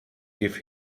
give